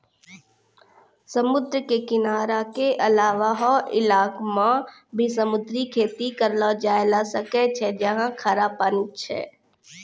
समुद्र के किनारा के अलावा हौ इलाक मॅ भी समुद्री खेती करलो जाय ल सकै छै जहाँ खारा पानी छै